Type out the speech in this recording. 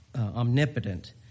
omnipotent